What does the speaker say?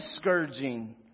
scourging